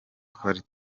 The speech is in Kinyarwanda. twari